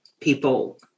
people